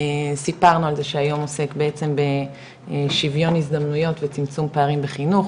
סיפרנו על זה שהיום עוסק בעצם בשוויון הזדמנויות וצמצום פערים בחינוך,